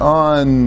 on